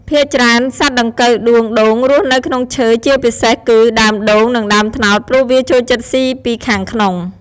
ភាគច្រើន សត្វដង្កូវដួងដូងរស់នៅក្នុងឈើ ជាពិសេសគឺ ដើមដូង និងដើមត្នោត ព្រោះវាចូលចិត្តស៊ីពីខាងក្នុង ។